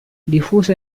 diffuso